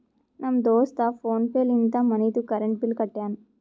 ನಮ್ ದೋಸ್ತ PhonePe ಲಿಂತೆ ಮನಿದು ಕರೆಂಟ್ ಬಿಲ್ ಕಟ್ಯಾನ್